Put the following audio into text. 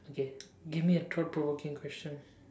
okay give me a thought provoking question